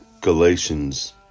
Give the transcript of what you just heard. Galatians